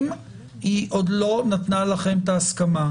אם היא עוד לא נתנה לכם את ההסכמה,